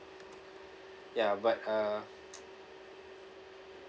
ya but uh